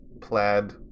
plaid